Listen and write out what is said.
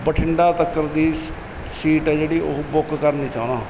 ਬਠਿੰਡਾ ਤੱਕ ਦੀ ਸੀ ਸੀਟ ਹੈ ਜਿਹੜੀ ਉਹ ਬੁੱਕ ਕਰਨੀ ਚਾਹੁੰਦਾ